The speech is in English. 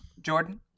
Jordan